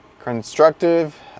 constructive